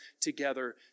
together